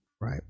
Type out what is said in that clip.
right